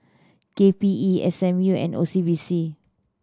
K P E S M U and O C B C